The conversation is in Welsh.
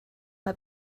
mae